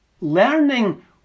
learning